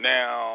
Now